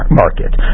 market